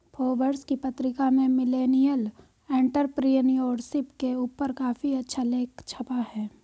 Forbes की पत्रिका में मिलेनियल एंटेरप्रेन्योरशिप के ऊपर काफी अच्छा लेख छपा है